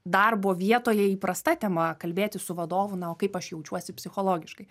darbo vietoje įprasta tema kalbėtis su vadovu na o kaip aš jaučiuosi psichologiškai